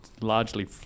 largely